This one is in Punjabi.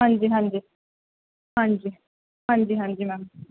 ਹਾਂਜੀ ਹਾਂਜੀ ਹਾਂਜੀ ਹਾਂਜੀ ਹਾਂਜੀ ਮੈਮ